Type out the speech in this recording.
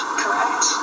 correct